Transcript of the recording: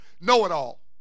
know-it-all